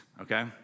okay